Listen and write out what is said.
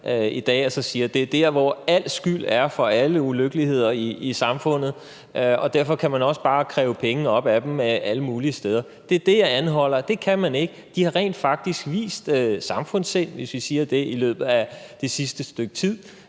i dag og siger, at det er der, hvor al skyld for alle ulykkeligheder i samfundet er, og at man derfor også bare kan kræve pengene op af dem alle mulige steder. Det er det, jeg anholder, for det kan man ikke. De har rent faktisk vist samfundssind, hvis vi siger det, i løbet af det sidste stykke tid,